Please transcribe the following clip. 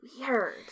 Weird